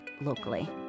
locally